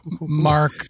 Mark